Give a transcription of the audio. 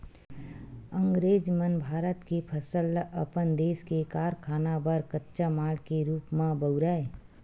अंगरेज मन भारत के फसल ल अपन देस के कारखाना बर कच्चा माल के रूप म बउरय